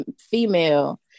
female